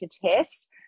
tests